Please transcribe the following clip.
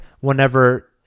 whenever